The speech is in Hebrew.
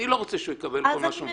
אני לא רוצה שהוא יקבל כל מה שהוא מבקש.